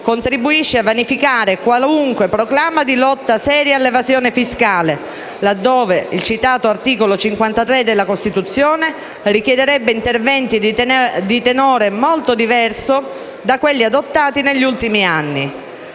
contribuisce a vanificare qualunque proclama di lotta seria all'evasione fiscale, laddove il citato articolo 53 della Costituzione richiederebbe interventi di tenore molto diverso da quelli adottati negli ultimi anni.